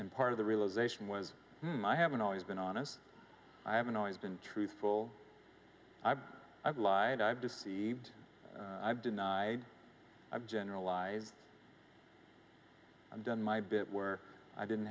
and part of the realization was i haven't always been honest i haven't always been truthful i've lied i've deceived i've denied i've general live and done my bit where i didn't